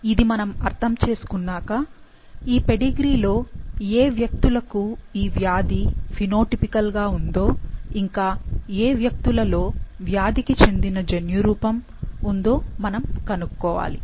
ఇది మనము అర్థము చేసుకున్నాక ఈ పెడిగ్రీలో ఏ వ్యక్తులకు ఈ వ్యాధి ఫినోటిపికల్ గా ఉందో ఇంకా ఏ వ్యక్తులలో వ్యాధికి చెందిన జన్యురూపం ఉందో మనము కనుక్కోవాలి